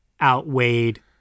outweighed